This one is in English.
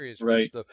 Right